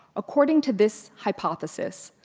according to this hypothesis,